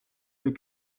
plus